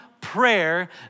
Prayer